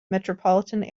metropolitan